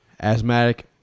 asthmatic